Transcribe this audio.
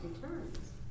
returns